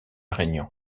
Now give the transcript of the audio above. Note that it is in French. réunion